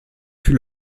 fut